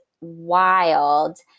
wild